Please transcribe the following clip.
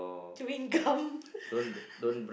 chewing gum